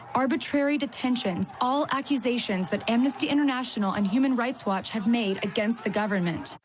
arbitrary detentions, all accusations that amnesty international and human rights watch have made against the government.